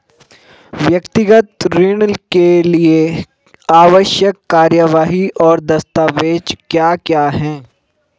व्यक्तिगत ऋण के लिए आवश्यक कार्यवाही और दस्तावेज़ क्या क्या हैं?